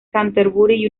canterbury